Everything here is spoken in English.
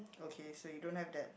okay so you don't have that